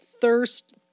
thirst